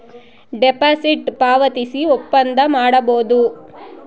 deposit ಪಾವತಿಸಿ ಒಪ್ಪಂದ ಮಾಡಬೋದು